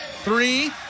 Three